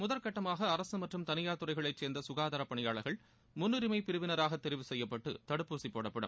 முதல்கட்டமாக அரசு மற்றும் தனியார் துறைகளைச் சேர்ந்த சுகாதாரப் பணியாளர்கள் முன்னுரிமை பிரிவினராக தெரிவு செய்யப்பட்டு தடுப்பூசி போடப்படும்